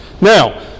Now